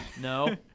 No